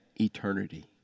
eternity